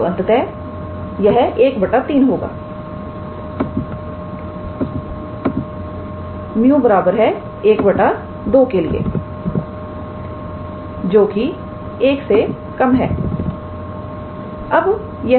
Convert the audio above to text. तो अंततः यह 1 3 होगा 𝜇 1 2 के लिए जो कि 1 से कम है